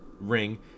ring